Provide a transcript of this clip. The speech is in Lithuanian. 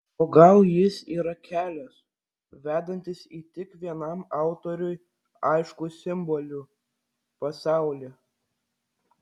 o gal jis yra kelias vedantis į tik vienam autoriui aiškų simbolių pasaulį